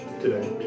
today